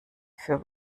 für